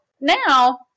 now